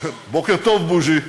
בוקר טוב, בוז'י.